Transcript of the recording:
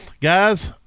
Guys